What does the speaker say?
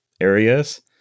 areas